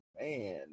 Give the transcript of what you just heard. man